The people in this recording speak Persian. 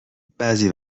بعضی